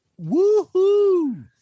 Woohoo